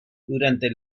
durante